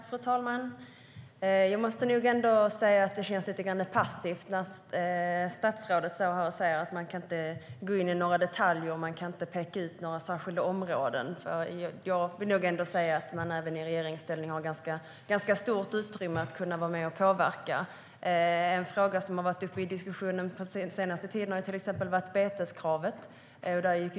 Fru talman! Jag måste nog ändå säga att det känns lite passivt när statsrådet står här och säger att man inte kan gå in i några detaljer eller peka ut några särskilda områden. Jag vill nog ändå säga att man även i regeringsställning har ganska stort utrymme att kunna vara med och påverka. En fråga som har varit uppe till diskussion på den senaste tiden är till exempel beteskravet.